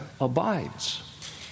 abides